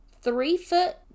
three-foot